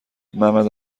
ممد